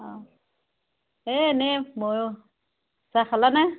অঁ এই এনেই ময়ো চাহ খালা নে